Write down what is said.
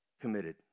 Committed